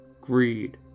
greed